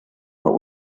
what